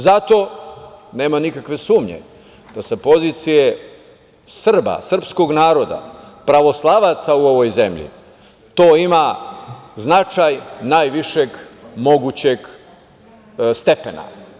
Zato, nema nikakve sumnje da sa pozicije Srba, srpskog naroda, pravoslavaca u ovoj zemlji to ima značaj najvišeg mogućeg stepena.